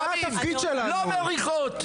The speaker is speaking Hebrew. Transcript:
לא מריחות.